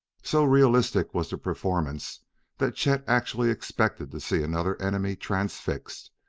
so realistic was the performance that chet actually expected to see another enemy transfixed,